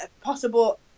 possible